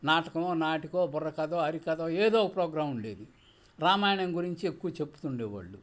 నాటకం నాటికో బుర్రకధో హరికధో ఏదో ప్రోగ్రాం ఉండేది రామాయణం గురించి ఎక్కువ చెప్తుండేవోళ్ళు